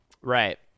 right